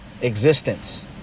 existence